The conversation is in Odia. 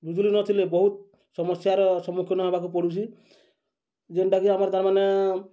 ବିଜୁଳି ନଥିଲେ ବହୁତ ସମସ୍ୟାର ସମ୍ମୁଖୀନ ହବାକୁ ପଡ଼ୁଛି ଯେନ୍ଟାକି ଆମର ତାରମାନେ